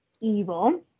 Evil